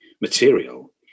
material